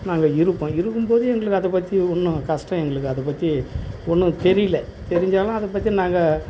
நாங்கள் இருப்போம் இருக்கும்போதே எங்களுக்கு அதைப் பற்றி ஒன்றும் கஷ்டம் எங்களுக்கு அதைப் பற்றி ஒன்றும் தெரியல தெரிஞ்சாலும் அதைப் பற்றி நாங்கள்